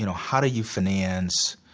you know how do you finance